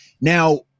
now